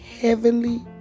heavenly